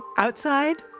outside,